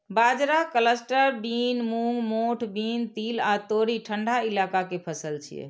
बाजरा, cluster bean, मूंग, मोठ बीन, तिल आ तोरी ठंढा इलाका के फसल छियै